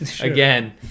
Again